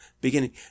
beginning